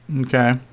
Okay